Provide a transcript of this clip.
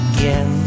Again